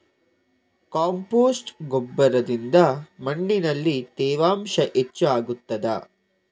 Compost ಗೊಬ್ಬರದಿಂದ ಮಣ್ಣಿನಲ್ಲಿ ತೇವಾಂಶ ಹೆಚ್ಚು ಆಗುತ್ತದಾ?